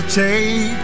take